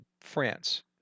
France